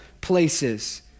places